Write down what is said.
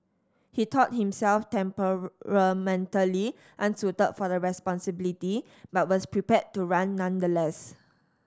he thought himself temperamentally unsuited for the responsibility but was prepared to run nonetheless